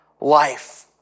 life